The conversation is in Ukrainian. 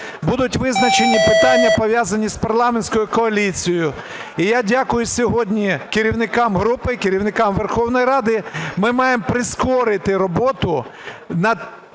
будуть визначені питання, пов'язані з парламентською коаліцією. І я дякую сьогодні керівникам груп, керівникам Верховної Ради, ми маємо прискорити роботу над